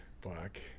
Black